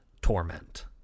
torment